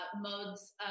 modes